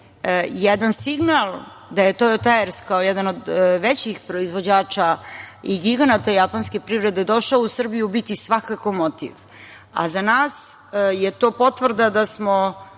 jedan signal da je „Tojo Tajers“ kao jedan od većih proizvođača i giganata japanske privrede došao u Srbiju, biti svakako motiv. A za nas je to potvrda da smo